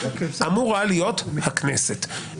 אמור היה להיות הכנסת,